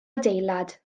adeilad